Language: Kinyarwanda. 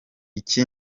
iki